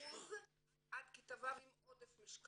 30% עד כיתה ו' עם עודף משקל,